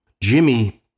Jimmy